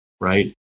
right